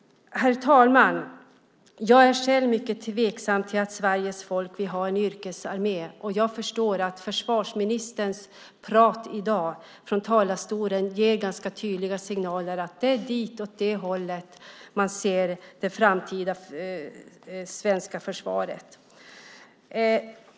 Herr talman! Jag är själv mycket tveksam till att svenska folket vill ha en yrkesarmé. Försvarsministerns tal i dag från talarstolen ger ganska tydliga signaler att det är åt det hållet man vill styra det framtida svenska försvaret.